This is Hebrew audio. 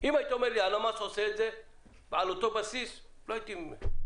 אם היית אומר לי שהלמ"ס עושה את זה על אותו בסיס לא הייתי שואל.